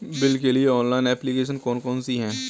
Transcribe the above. Bill के लिए online application कौन कौन सी हैं?